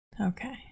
Okay